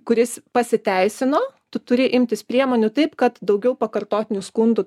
kuris pasiteisino tu turi imtis priemonių taip kad daugiau pakartotinių skundų